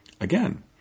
again